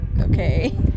okay